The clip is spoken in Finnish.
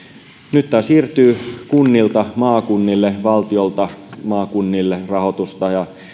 nyt tämä siirtyy kunnilta maakunnille ja valtiolta tulee maakunnille rahoitusta ja